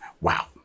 Wow